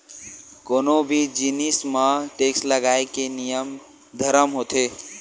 कोनो भी जिनिस म टेक्स लगाए के नियम धरम होथे